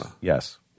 yes